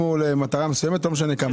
אם הוא למטרה מסוימת, לא משנה כמה הוא מקבל.